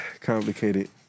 complicated